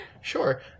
Sure